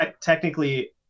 technically